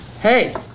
Hey